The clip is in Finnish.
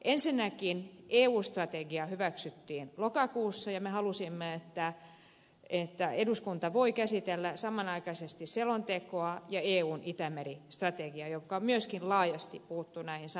ensinnäkin eu strategia hyväksyttiin lokakuussa ja me halusimme että eduskunta voi käsitellä samanaikaisesti selontekoa ja eun itämeri strategiaa joka myöskin laajasti puuttuu näihin samoihin asioihin